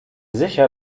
sicher